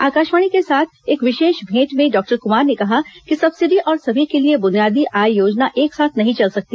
आकाशवाणी के साथ एक विशेष भेंट में डॉक्टर कुमार ने कहा कि सब्सिडी और सभी के लिए बुनियादी आय योजना एक साथ नहीं चल सकती